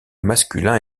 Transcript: masculin